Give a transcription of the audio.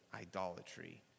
idolatry